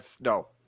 No